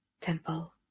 temple